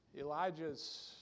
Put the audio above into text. Elijah's